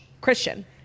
christian